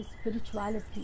spirituality